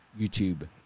YouTube